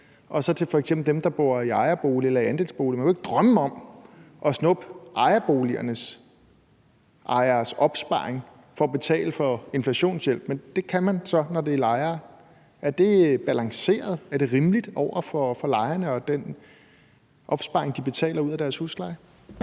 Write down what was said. og til f.eks. dem, der bor i ejerbolig eller andelsbolig. Man kunne ikke drømme om at snuppe ejerboligernes ejeres opsparing for at betale for inflationshjælp, men det kan man så, når det er lejere. Er det balanceret, og er det rimeligt over for lejerne og den opsparing, de betaler ud af deres husleje?